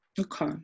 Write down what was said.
Okay